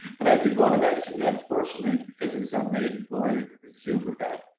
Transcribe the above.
but i did want to mention the unfortunately because it is our maiden voyage with the zoom event,